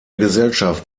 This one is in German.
gesellschaft